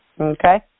okay